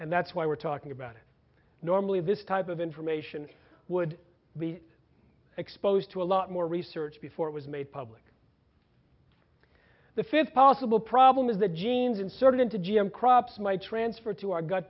and that's why we're talking about it normally this type of information would be exposed to a lot more research before it was made public the fifth possible problem is the genes inserted into g m crops my transfer to our gut